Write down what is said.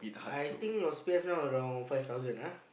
I think your C_P_F now around five thousand ah